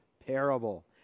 parable